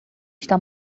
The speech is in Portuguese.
está